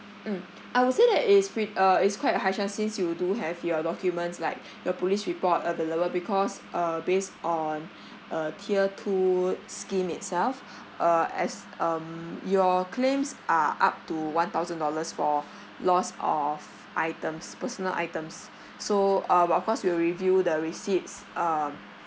mm I would say that is pret~ uh is quite a high chance since you do have your documents like your police report available because uh based on a tier two scheme itself uh as um your claims are up to one thousand dollars for loss of items personal items so uh but of course we will review the receipts um